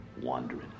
wandering